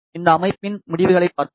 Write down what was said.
இந்த அமைப்பின் முடிவுகளைப் பார்ப்போம்